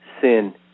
sin